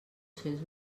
cents